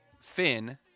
Finn